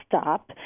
stop